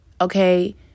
okay